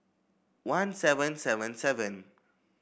one seven seven seven